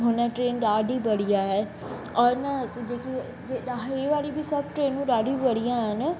हुन ट्रेन ॾाढी बढ़िया आहे और न जेकियूं जे वाड़ी बि सभु ट्रेनूं ॾाढियूं बढ़िया आहिनि